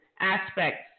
aspects